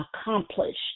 accomplished